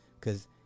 Cause